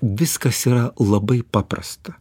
viskas yra labai paprasta